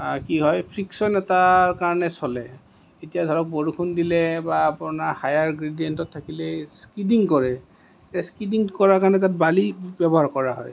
কি হয় ফ্ৰিকশন এটাৰ কাৰণে চলে এতিয়া ধৰক বৰষুণ দিলে বা আপোনাৰ হায়াৰ ইনগ্ৰীডিয়েন্টত থাকিলে স্কিডিং কৰে এই স্কিডিং কৰাৰ কাৰণে বালি ব্যৱহাৰ কৰা হয়